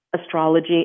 astrology